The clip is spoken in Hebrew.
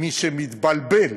מי שמתבלבל